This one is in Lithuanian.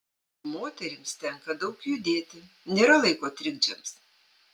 moterims tenka daug judėti nėra laiko trikdžiams